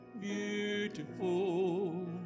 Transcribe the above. beautiful